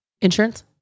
insurance